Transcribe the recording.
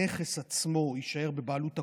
הנכס עצמו יישאר בבעלות הקופה,